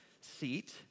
seat